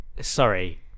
sorry